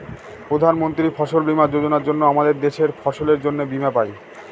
প্রধান মন্ত্রী ফসল বীমা যোজনার জন্য আমাদের দেশের ফসলের জন্যে বীমা পাই